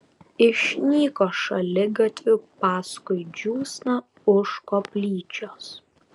išnyko šaligatviu paskui džiūsną už koplyčios